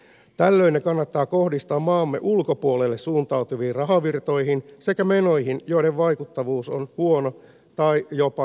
tällöin ne kannattaa kohdistaa maamme ulkopuolelle suuntautuviin rahavirtoihin sekä menoihin joiden vaikuttavuus on huono tai jopa negatiivinen